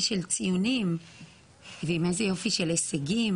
של ציונים ועם איזה יופי של הישגים